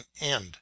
end